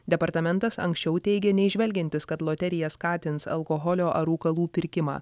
departamentas anksčiau teigė neįžvelgiantis kad loterija skatins alkoholio ar rūkalų pirkimą